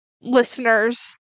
Listeners